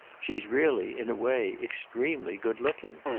she's really in a way extremely good-looking.